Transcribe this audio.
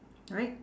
right